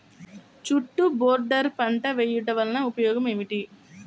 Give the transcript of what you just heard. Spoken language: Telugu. చుట్టూ బోర్డర్ పంట వేయుట వలన ఉపయోగం ఏమిటి?